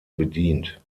bedient